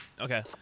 Okay